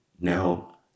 Now